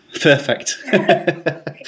Perfect